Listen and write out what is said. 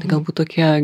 galbūt tokie